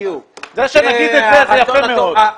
זה שנגיד את זה, זה יפה מאוד.